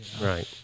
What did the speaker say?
right